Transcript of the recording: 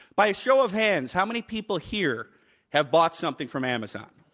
by a show of hands, how many people here have bought something from amazon?